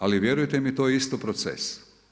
Ali vjerujte mi to je isto proces.